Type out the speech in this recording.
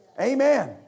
Amen